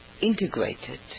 integrated